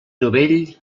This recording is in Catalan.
novell